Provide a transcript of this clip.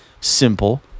simple